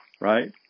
Right